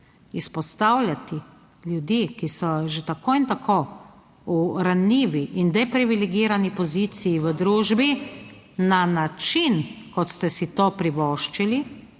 izpostavljati ljudi, ki so že tako in tako v ranljivi in deprivilegirani poziciji v družbi na način kot ste si to privoščili,